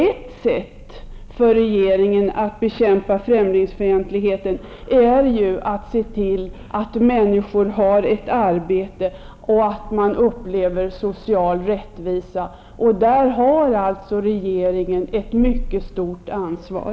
Ett sätt för regeringen att bekämpa främlingsfientligheten är att se till att människor har ett arbete och att man upplever social rättvisa. I det sammanhanget har regeringen ett mycket stort ansvar.